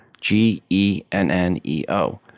G-E-N-N-E-O